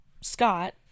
Scott